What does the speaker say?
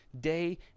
Day